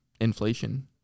inflation